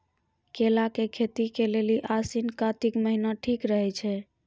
केला के खेती के लेली आसिन कातिक महीना ठीक रहै छै